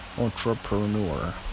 Entrepreneur